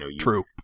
True